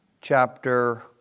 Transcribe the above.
chapter